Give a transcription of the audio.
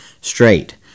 straight